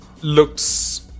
looks